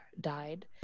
died